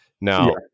Now